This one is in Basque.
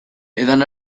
edan